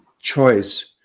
choice